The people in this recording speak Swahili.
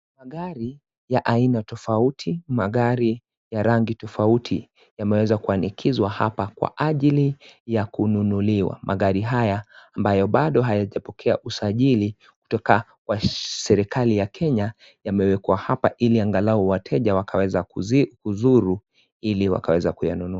Magari ya aina tofauti, magari ya rangi tofauti yameweza kuanikizwa hapa kwa ajili aina kununuliwa. Magari haya ambayo bado hayajapokea usajili kutoka kwa serikali ya Kenya, yamewekwa hapa ili angalau wateja wakaweza kuzuru ili wakaweza kuyanunua.